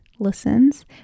listens